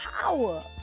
power